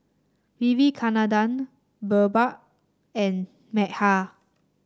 Vivekananda BirbaL and Medha